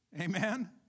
Amen